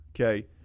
okay